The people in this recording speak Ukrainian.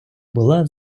була